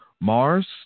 Mars